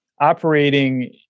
operating